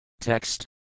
Text